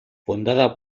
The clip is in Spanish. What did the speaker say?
fundada